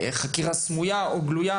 חקירה סמויה או גלויה?